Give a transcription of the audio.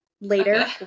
later